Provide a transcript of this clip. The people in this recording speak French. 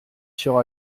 sur